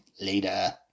Later